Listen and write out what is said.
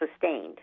sustained